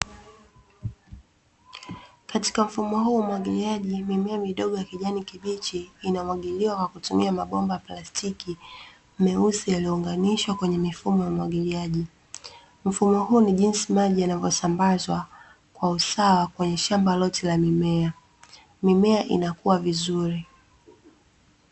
Katika mfumo huu wa umwagiliaji, mimea midogo ya kijani kibichi inamwagiliwa kwa kutumia mabomba ya plastiki meusi, yaliyounganishwa kwenye mifumo ya umwagiliaji. Mfumo huu ni jinsi maji yanavyosambazwa kwa usawa kwenye shamba lote la mimea. Mimea inakua vizuri.